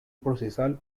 procesal